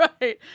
Right